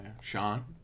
Sean